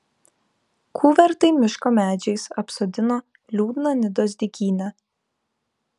kuvertai miško medžiais apsodino liūdną nidos dykynę